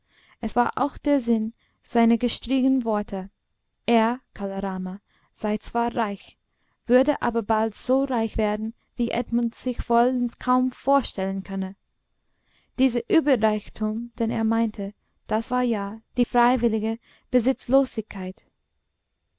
es war auch der sinn seiner gestrigen worte er kala rama sei zwar reich würde aber bald so reich werden wie edmund sich wohl kaum vorstellen könne dieser überreichtum den er meinte das war ja die freiwillige besitzlosigkeit